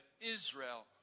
Israel